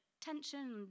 tension